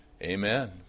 Amen